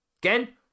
Again